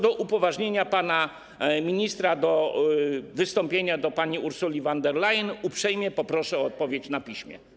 A co do upoważnienia pana ministra do wystąpienia do pani Ursuli von der Leyen, uprzejmie poproszę o odpowiedź na piśmie.